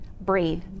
Breathe